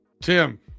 Tim